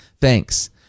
Thanks